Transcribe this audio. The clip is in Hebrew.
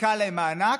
חילקה להם מענק?